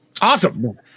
awesome